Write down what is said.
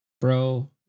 bro